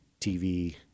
TV